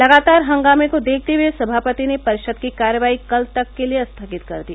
लगातार हंगामे को देखते हुए सभापति ने परिषद की कार्यवाही कल तक के लिए स्थगित कर दी